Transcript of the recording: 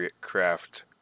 craft